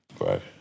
Right